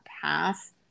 path